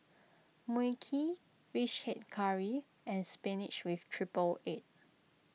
Mui Kee Fish Head Curry and Spinach with Triple Egg